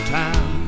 time